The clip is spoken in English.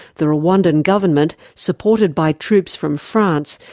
the rwandan government, supported by troops from france,